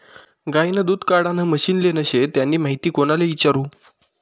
गायनं दूध काढानं मशीन लेनं शे त्यानी माहिती कोणले इचारु?